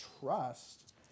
trust